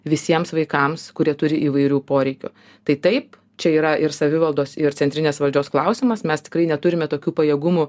visiems vaikams kurie turi įvairių poreikių tai taip čia yra ir savivaldos ir centrinės valdžios klausimas mes tikrai neturime tokių pajėgumų